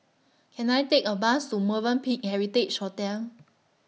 Can I Take A Bus to Movenpick Heritage Hotel